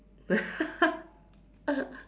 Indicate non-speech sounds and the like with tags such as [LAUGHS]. [LAUGHS]